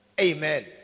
Amen